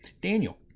Daniel